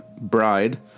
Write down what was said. Bride